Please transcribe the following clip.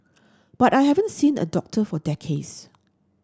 but I haven't seen a doctor for decades